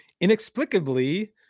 inexplicably